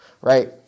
right